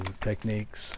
techniques